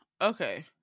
okay